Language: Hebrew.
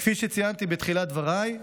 כפי שציינתי בתחילת דבריי,